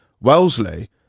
Wellesley